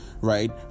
right